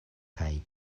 kaj